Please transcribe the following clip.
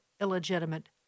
illegitimate